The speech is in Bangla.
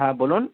হ্যাঁ বলুন